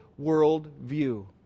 worldview